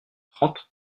trente